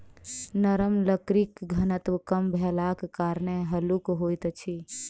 नरम लकड़ीक घनत्व कम भेलाक कारणेँ हल्लुक होइत अछि